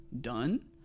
done